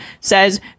says